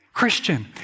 Christian